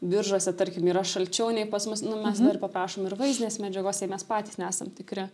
biržuose tarkim yra šalčiau nei pas mus nu mes dar paprašom ir vaizdinės medžiagos jei mes patys nesam tikri